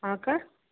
ಹಾಂ ಅಕ್ಕ